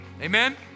Amen